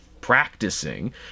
practicing